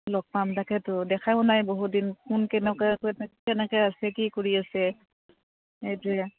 লগ পাম তাকেতো দেখা নাই বহু দিন কোন কেনেকুৱাকৈ কেনেকে আছে কি কৰি আছে এইটোৱেই